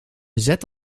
zet